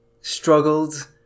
struggled